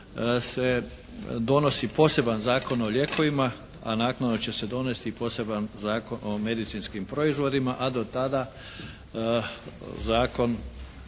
se donosi poseban Zakon o lijekovima, a naknadno će se donijeti poseban Zakon o medicinskim proizvodima, a do tada zakon,